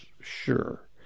sure